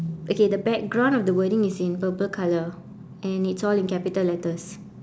okay the background of the wording is in purple colour and it's all in capital letters